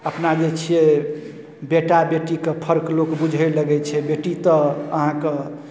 अपना जे छियै बेटा बेटीके फर्क लोक बूझय लगैत छै बेटी तऽ अहाँके